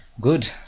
good